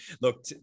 look